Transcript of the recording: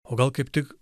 o gal kaip tik